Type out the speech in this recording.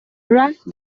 ralph